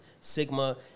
Sigma